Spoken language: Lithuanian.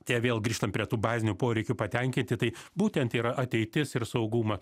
tie vėl grįžtam prie tų bazinių poreikių patenkinti tai būtent yra ateitis ir sauguma